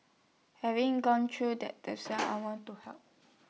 having gone through that the some I want to help